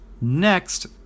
next